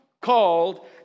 called